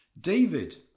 David